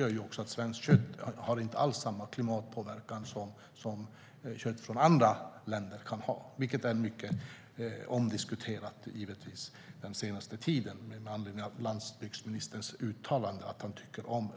Det gör också att svenskt kött inte alls har samma klimatpåverkan som kött från andra länder, vilket under den senaste tiden givetvis har varit mycket omdiskuterat med anledning av landsbygdsministerns uttalande att han tycker om